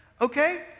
okay